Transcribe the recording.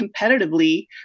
competitively